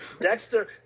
Dexter